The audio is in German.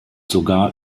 sogar